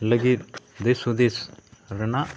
ᱞᱟᱹᱜᱤᱫ ᱫᱤᱥᱼᱦᱩᱫᱤᱥ ᱨᱮᱱᱟᱜ